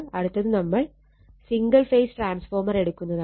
അടുത്തത് നമ്മൾ single phase transformer എടുക്കുന്നതാണ്